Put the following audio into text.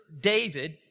David